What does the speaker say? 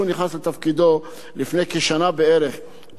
אבל אני חושב שעיקר התפקיד שלו מתחיל היום,